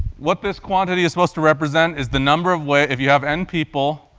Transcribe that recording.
what this quantity is supposed to represent is the number of way if you have n people,